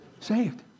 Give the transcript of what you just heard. saved